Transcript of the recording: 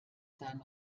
seinen